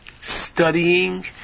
studying